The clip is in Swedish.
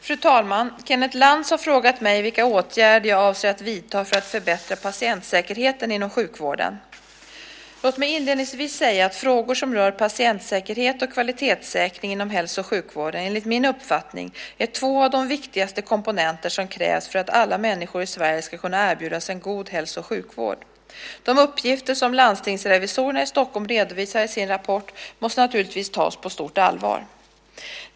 Fru talman! Kenneth Lantz har frågat mig vilka åtgärder jag avser att vidta för att förbättra patientsäkerheten inom sjukvården. Låt mig inledningsvis säga att frågor som rör patientsäkerhet och kvalitetssäkring inom hälso och sjukvården, enligt min uppfattning, är två av de viktigaste komponenter som krävs för att alla människor i Sverige ska kunna erbjudas en god hälso och sjukvård. De uppgifter som landstingsrevisorerna i Stockholm redovisar i sin rapport måste naturligtvis tas på stort allvar.